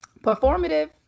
Performative